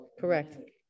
Correct